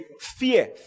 fear